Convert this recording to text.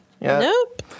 Nope